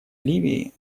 ливии